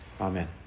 Amen